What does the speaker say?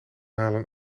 halen